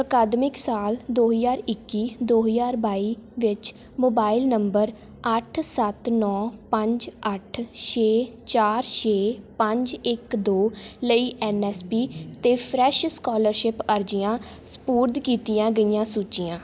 ਅਕਾਦਮਿਕ ਸਾਲ ਦੋ ਹਜ਼ਾਰ ਇੱਕੀ ਦੋ ਹਜ਼ਾਰ ਬਾਈ ਵਿੱਚ ਮੋਬਾਇਲ ਨੰਬਰ ਅੱਠ ਸੱਤ ਨੌ ਪੰਜ ਅੱਠ ਛੇ ਚਾਰ ਛੇ ਪੰਜ ਇੱਕ ਦੋ ਲਈ ਐੱਨ ਐੱਸ ਪੀ 'ਤੇ ਫਰੈਸ਼ ਸਕੋਲਰਸ਼ਿਪ ਅਰਜ਼ੀਆਂ ਸਪੁਰਦ ਕੀਤੀਆਂ ਗਈਆਂ ਸੂਚੀਆਂ